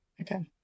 Okay